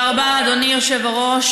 תודה רבה, אדוני היושב-ראש.